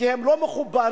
אני מבטיח לך שיהיה